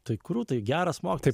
tai krūtai geras mokytojas